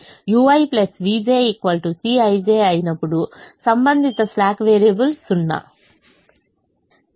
కాబట్టి ui vj Cij అయినప్పుడు సంబంధిత స్లాక్ వేరియబుల్స్ 0